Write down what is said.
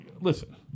listen